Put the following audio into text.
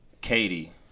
Katie